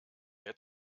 wer